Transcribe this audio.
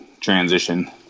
transition